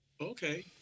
Okay